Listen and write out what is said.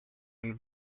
and